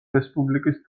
რესპუბლიკის